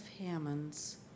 Hammond's